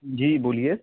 जी बोलिए